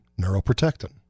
neuroprotectant